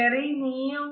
Jerry നീയോ